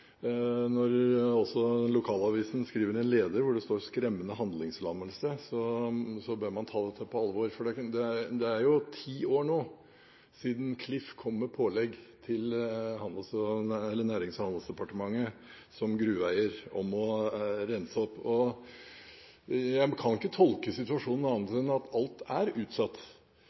Når også lokalavisen skriver en leder hvor det står om skremmende handlingslammelse, bør man ta dette på alvor. Det er nå ti år siden Klif kom med pålegg til Nærings- og handelsdepartementet som gruveeier om å rense opp. Jeg kan ikke tolke situasjonen annet enn at alt er utsatt,